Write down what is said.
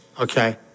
okay